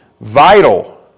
vital